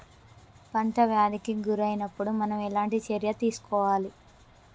పంట వ్యాధి కి గురి అయినపుడు మనం ఎలాంటి చర్య తీసుకోవాలి?